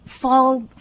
fall